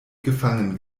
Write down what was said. gefangen